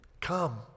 come